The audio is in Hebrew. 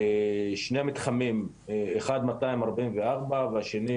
שני מתחמים אחד מאתיים ארבעים וארבע והשני